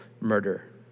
murder